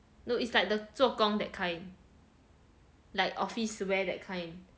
no it's like the 做工 that kind like office wear that kind